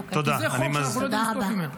כי זה חוק שאנחנו לא יודעים לסטות ממנו.